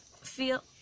feel